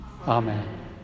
Amen